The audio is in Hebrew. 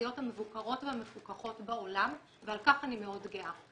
מהתעשיות המבוקרות והמפוקחות בעולם ועל כך אני מאוד גאה.